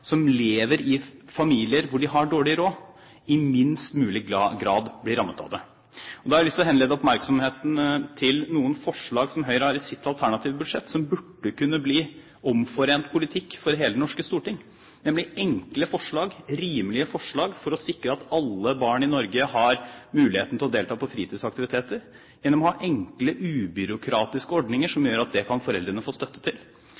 som lever i familier med dårlig råd, i minst mulig grad blir rammet av det. Da har jeg lyst til å henlede oppmerksomheten på noen forslag som Høyre har i sitt alternative budsjett, som burde kunne bli omforent politikk for hele Det norske storting, nemlig enkle, rimelige forslag for å sikre at alle barn i Norge har muligheten til å delta i fritidsaktiviteter ved å ha enkle, ubyråkratiske ordninger som gjør at foreldrene kan få støtte til